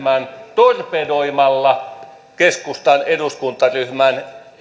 torpedoimalla keskustan eduskuntaryhmän